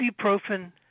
ibuprofen